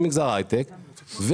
במגזר ההייטק,